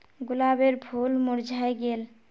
गुलाबेर फूल मुर्झाए गेल